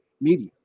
media